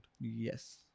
Yes